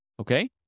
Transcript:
Okay